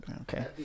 Okay